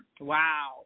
Wow